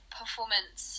performance